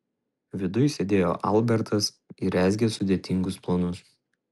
viduj sėdėjo albertas ir rezgė sudėtingus planus